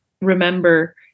remember